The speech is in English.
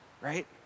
right